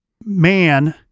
man